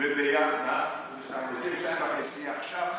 22.5. עכשיו,